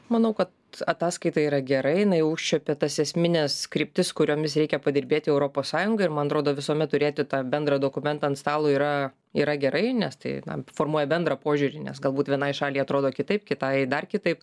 manau kad ataskaita yra gera jinai užčiuopias tas esmines kryptis kuriomis reikia padirbėti europos sąjungai ir man atrodo visuomet turėti tą bendrą dokumentą ant stalo yra yra gerai nes tai formuoja bendrą požiūrį nes galbūt vienai šaliai atrodo kitaip kitai dar kitaip